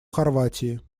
хорватии